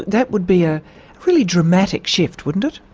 that would be a really dramatic shift wouldn't it?